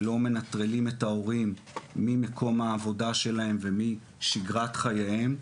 ולא מנטרלים את ההורים ממקום העבודה שלהם ומשגרת חייהם.